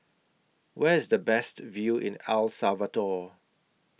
Where IS The Best View in El Salvador